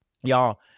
y'all